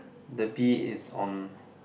the bee is on